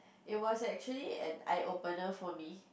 it was actually an eye opener for me